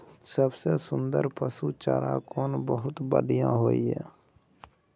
सबसे सुन्दर पसु चारा कोन बहुत बढियां होय इ?